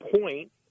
point